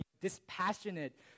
dispassionate